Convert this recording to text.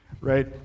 right